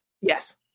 Yes